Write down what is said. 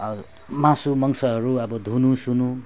अब मासु मांसहरू अब धुनु सुनु